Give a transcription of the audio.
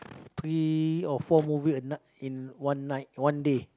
three or four movie a night in one night one day